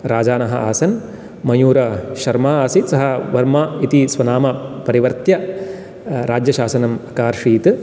राजानः आसन् मयूरशर्मा आसीत् सः वर्मा इति स्वनाम परिवर्त्य राज्यशासनम् अकार्षीत्